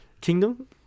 Kingdom